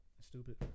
stupid